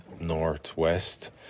northwest